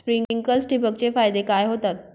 Sprinklers ठिबक चे फायदे काय होतात?